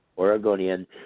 Oregonian